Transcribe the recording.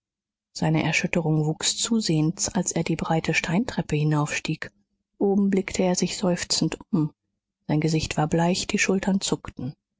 seine erschütterung wuchs zusehends als er die breite steintreppe hinaufstieg oben blickte er sich seufzend um sein gesicht war bleich die schultern zuckten